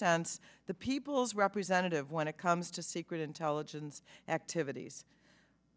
sense the people's representative when it comes to secret intelligence activities